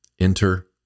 Enter